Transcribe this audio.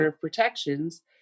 protections